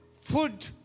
food